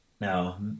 Now